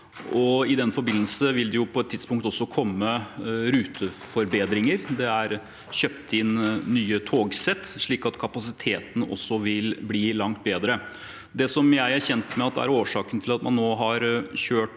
i den forbindelse vil det på et tidspunkt også komme ruteforbedringer. Det er kjøpt inn nye togsett, slik at kapasiteten også vil bli langt bedre. Det jeg er kjent med at er årsaken til at man nå har kjørt